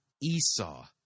Esau